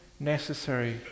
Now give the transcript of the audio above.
necessary